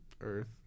Earth